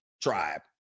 tribe